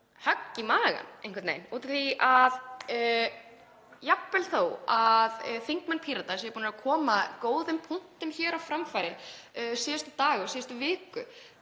högg í magann, út af því að jafnvel þó að þingmenn Pírata séu búnir að koma góðum punktum hér á framfæri síðustu daga og síðustu viku